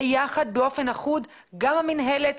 ביחד באופן אחוד גם המינהלת,